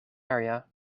area